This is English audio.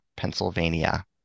Pennsylvania